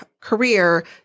career